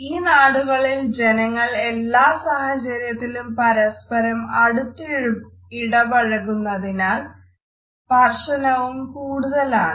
ഈ നാടുകളിൽ ജനങ്ങൾ എല്ലാ സാഹചര്യത്തിലും പരസ്പരം അടുത്തിടപഴകുന്നതിനാൽ സ്പർശനവും കൂടുതലാണ്